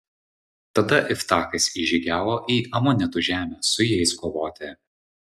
tada iftachas įžygiavo į amonitų žemę su jais kovoti